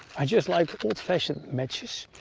i just like old fashioned matches.